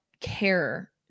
care